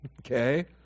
Okay